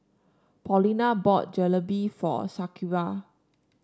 Paulina brought Jalebi for Shakira